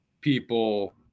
people